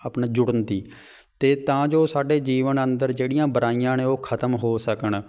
ਆਪਣਾ ਜੁੜਨ ਦੀ ਅਤੇ ਤਾਂ ਜੋ ਸਾਡੇ ਜੀਵਨ ਅੰਦਰ ਜਿਹੜੀਆਂ ਬੁਰਾਈਆਂ ਨੇ ਉਹ ਖਤਮ ਹੋ ਸਕਣ